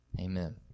Amen